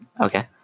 Okay